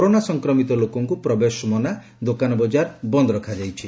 corona ସଂକ୍ରମିତ ଲୋକଙ୍କୁ ପ୍ରବେଶ ମନା ଦୋକାନ ବଜାର ବନ୍ଦ ରଖାଯାଇଛି